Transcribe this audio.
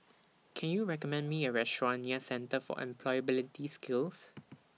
Can YOU recommend Me A Restaurant near Centre For Employability Skills